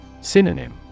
Synonym